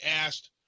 asked